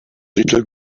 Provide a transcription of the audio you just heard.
little